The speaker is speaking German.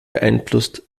beeinflusst